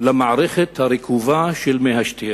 למערכת הרקובה של מי השתייה.